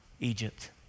Egypt